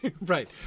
right